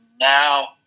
now